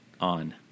on